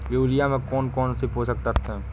Urea में कौन कौन से पोषक तत्व है?